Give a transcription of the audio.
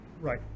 Right